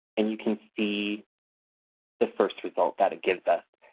and you can see the first result that it gives us,